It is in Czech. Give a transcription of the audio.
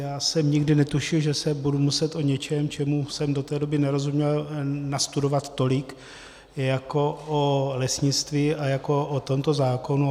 Já jsem nikdy netušil, že si budu muset o něčem, čemu jsem do té doby nerozuměl, nastudovat tolik jako o lesnictví a jako o tomto zákonu.